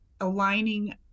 aligning